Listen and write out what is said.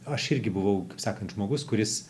aš irgi buvau kaip sakant žmogus kuris